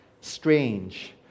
strange